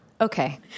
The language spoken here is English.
Okay